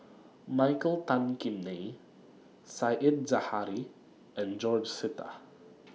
Michael Tan Kim Nei Said Zahari and George Sita